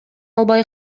албай